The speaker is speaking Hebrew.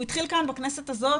הוא התחיל כאן בכנסת הזאת.